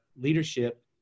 leadership